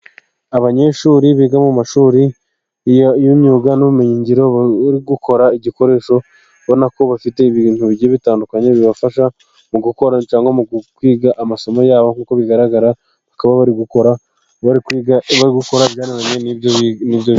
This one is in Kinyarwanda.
Abanyeshuri biga mu mashuri y'imyuga n'ubumenyingiro ,bari gukora igikoresho ubona ko bafite ibintu bigiye bitandukanye, bibafasha mu gukora cyangwa mu kwiga amasomo yabo nk'uko bigaragara bakaba bari gukora ibijyaniranye n'ibyo biga.